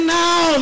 now